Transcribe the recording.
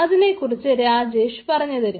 അതിനെക്കുറിച്ച് രാജേഷ് പറഞ്ഞുതരും